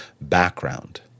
background